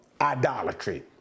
idolatry